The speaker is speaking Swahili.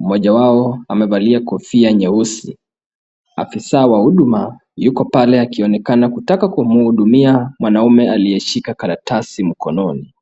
Mmoja wao amevalia kofia nyeusi. Afisa wa huduma yuko pale akionekana kutaka kumuhudumia, mwanaume aliyeshika karatasi mkononi.